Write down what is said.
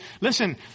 listen